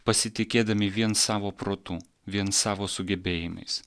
pasitikėdami vien savo protu vien savo sugebėjimais